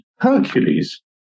Hercules